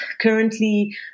currently